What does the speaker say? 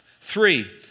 Three